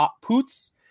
Poots